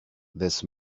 this